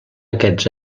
aquests